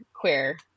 queer